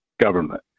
government